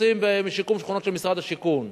קיצוצים בשיקום שכונות של משרד השיכון.